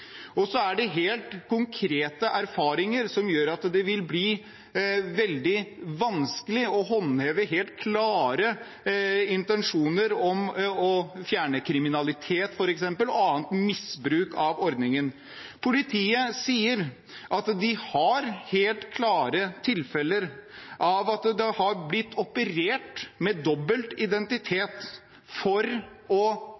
er også helt konkrete erfaringer som gjør at det vil bli veldig vanskelig å håndheve helt klare intensjoner om å fjerne kriminalitet, f.eks., og annet misbruk av ordningen. Politiet sier at de har helt klare tilfeller av at det har blitt operert med